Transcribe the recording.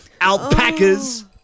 alpacas